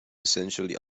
essentially